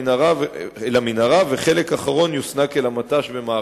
לעבור במנהרה מתחת לשטח שבאחריותם לא הניבה